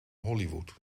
hollywood